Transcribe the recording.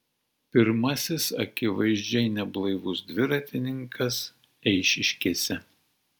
pirmasis akivaizdžiai neblaivus dviratininkas eišiškėse